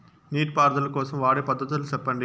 నీటి పారుదల కోసం వాడే పద్ధతులు సెప్పండి?